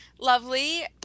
lovely